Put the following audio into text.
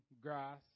grass